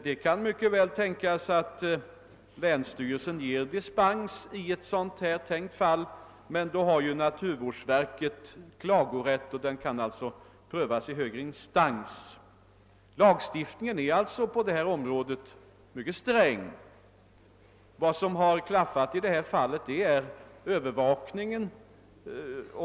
Det kan mycket väl tänkas att länsstyrelsen ger dispens i ett tänkt fall, men eftersom naturvårdsverket har klagorätt kan ärendet prövas i högre instans. Lagstiftningen är alltså mycket sträng på detta område. Vad som inte fungerat i detta fall är övervakningen.